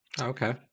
okay